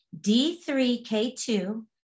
D3K2